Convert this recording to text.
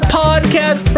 podcast